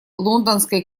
лондонской